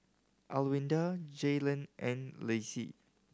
Alwilda Jaylen and Lacie